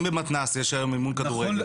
אם במתנ"ס יש היום אימון כדורגל?